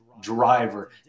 driver